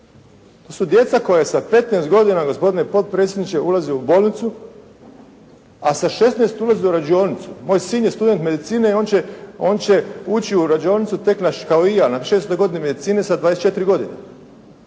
To su djeca koja sa 15 godina gospodine potpredsjedniče ulaze u bolnicu, a sa 16 ulaze u rađaonicu. Moj sin je student medicine i on će, on će ući u rađaonicu tek, kao i ja, na 6. godini medicine sa 24 godine.